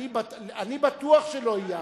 אני בטוח שלא איימת.